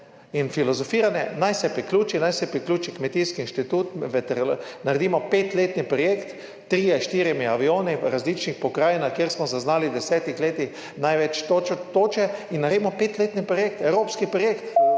In filozofiranje – naj se priključi, naj se priključi kmetijski inštitut, naredimo petletni projekt, trije ali štirje avioni v različnih pokrajinah, kjer smo zaznali v 10 letih največ toče, in naredimo petletni projekt, evropski projekt